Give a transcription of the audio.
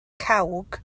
cawg